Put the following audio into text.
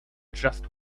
just